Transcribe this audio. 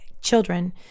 children